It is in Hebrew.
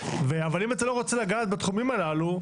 אבל אם אתה לא רוצה לגעת בתחומים הללו,